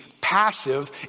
passive